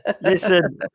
Listen